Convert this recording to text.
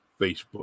Facebook